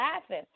laughing